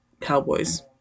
cowboys